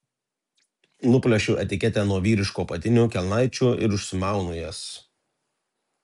nuplėšiu etiketę nuo vyriškų apatinių kelnaičių ir užsimaunu jas